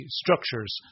structures